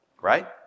right